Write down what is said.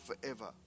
forever